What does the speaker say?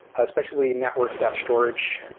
especially network attached storage,